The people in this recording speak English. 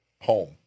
home